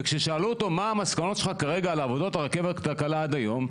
וכששאלו אותו: מה המסקנות שלך כרגע על עבודות הרכבת הקלה עד היום?